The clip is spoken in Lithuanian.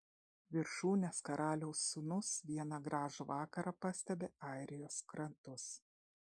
viršūnės karaliaus sūnus vieną gražų vakarą pastebi airijos krantus